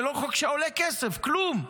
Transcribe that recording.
זה לא חוק שעולה כסף, כלום.